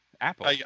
Apple